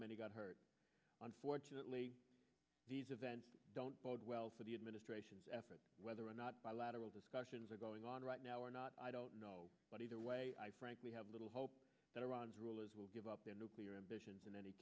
many got hurt unfortunately these events don't bode well for the administration's efforts whether or not bilateral discussions are going on right now or not i don't know but either way i frankly have little hope that iran's role as will give up their nuclear ambitions in any